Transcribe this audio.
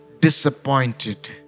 disappointed